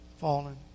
fallen